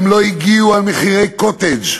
הם לא הגיעו על מחירי קוטג',